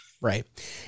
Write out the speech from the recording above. Right